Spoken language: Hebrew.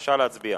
בבקשה להצביע.